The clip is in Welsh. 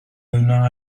wna